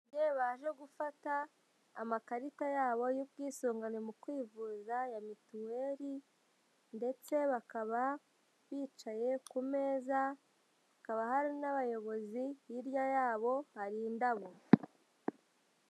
Ababyeyi baje gufata, amakarita yabo y'ubwisungane mu kwivuza, ya mituweli, ndetse bakaba bicaye ku meza, hakaba hari n'abayobozi, hirya yabo hari indabo.